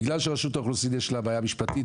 בגלל שלרשות האוכלוסין יש בעיה משפטית